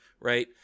right